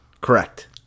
Correct